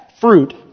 fruit